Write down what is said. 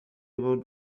about